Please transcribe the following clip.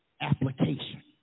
application